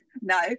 No